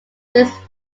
these